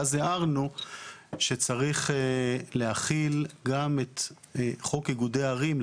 ואז הערנו שצריך להחיל גם את חוק איגודי ערים,